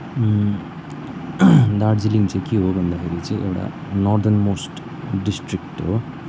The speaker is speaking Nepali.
दार्जिलिङ चाहिँ के हो भन्दाखेरि चाहिँ एउटा नर्दनमोस्ट डिस्ट्रिक्ट हो